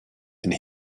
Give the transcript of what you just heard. and